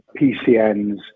PCNs